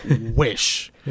wish